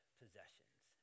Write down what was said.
possessions